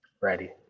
ready